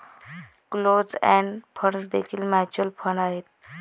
closed end funds देखील mutual fund आहेत